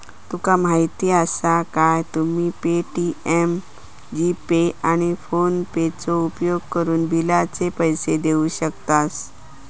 तुका माहीती आसा काय, तुम्ही पे.टी.एम, जी.पे, आणि फोनेपेचो उपयोगकरून बिलाचे पैसे देऊ शकतास